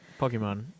Pokemon